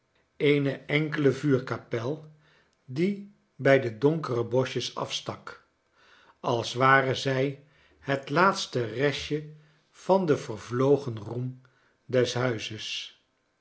eene enkele vuurkapel die bij de donkere boschjes afstak als ware zij het laatste restje van den vervlogen roem des huizes